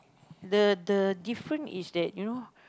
the the different is that you know